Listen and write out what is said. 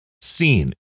seen